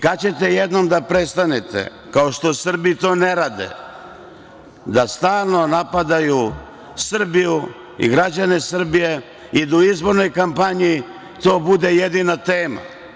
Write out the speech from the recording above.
Kad ćete jednom da prestanete, kao što Srbi to ne rade, da stalno napadaju Srbiju i građane Srbije i da u izbornoj kampanji to bude jedina tema?